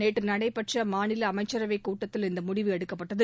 நேற்று நடைபெற்ற மாநில அமைச்சரவைக் கூட்டத்தில் இந்த முடிவு எடுக்கப்பட்டது